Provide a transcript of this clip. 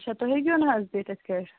اَچھا تُہۍ ہٮ۪کِو نا حظ دِتھ یِتھٕ پٲٹھۍ